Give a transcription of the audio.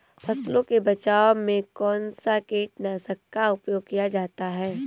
फसलों के बचाव में कौनसा कीटनाशक का उपयोग किया जाता है?